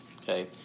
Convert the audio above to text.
Okay